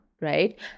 right